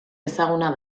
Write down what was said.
ezaguna